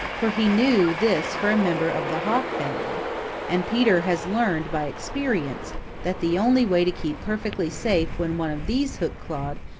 for he knew this for a member of the hawk family and peter has learned by experience that the only way to keep perfectly safe when one of these hook-clawed,